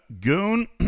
Goon